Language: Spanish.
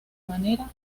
manera